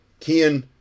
kian